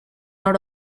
out